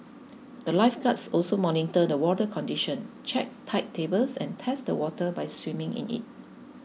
the lifeguards also monitor the water condition check tide tables and test the water by swimming in it